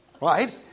Right